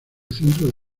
centro